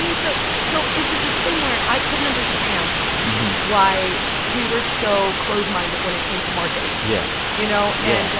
mean? yes so so it was this thing where i couldn't understand why we were so close-minded when it came to marketing yeah you know? yeah.